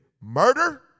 murder